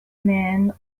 men